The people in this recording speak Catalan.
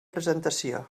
presentació